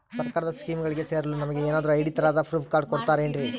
ಸರ್ಕಾರದ ಸ್ಕೀಮ್ಗಳಿಗೆ ಸೇರಲು ನಮಗೆ ಏನಾದ್ರು ಐ.ಡಿ ತರಹದ ಪ್ರೂಫ್ ಕಾರ್ಡ್ ಕೊಡುತ್ತಾರೆನ್ರಿ?